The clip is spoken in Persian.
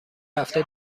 هفته